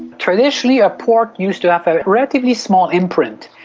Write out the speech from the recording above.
traditionally a port used to have a relatively small imprint.